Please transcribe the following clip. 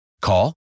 Call